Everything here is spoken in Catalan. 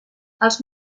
els